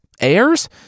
Heirs